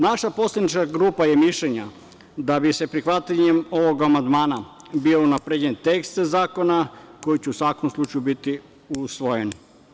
Naša poslanička grupa je mišljenja da bi prihvatanjem ovog amandmana bio unapređen tekst zakona, koji će u svakom slučaju biti usvojen.